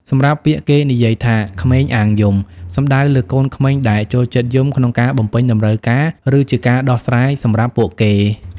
សម្រាប់ពាក្យគេនិយាយថា "ក្មេងអាងយំ" សំដៅលើកូនក្មេងដែលចូលចិត្តយំក្នុងការបំពេញតម្រូវការឬជាការដោះស្រាយសម្រាប់ពួកគេ។